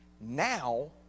Now